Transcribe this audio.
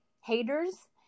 haters